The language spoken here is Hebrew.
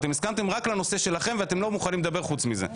הסכמתם רק לנושא שלכם ואתם לא מוכנים לדבר חוץ מזה.